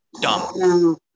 dumb